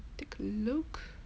take a look